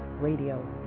Radio